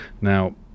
Now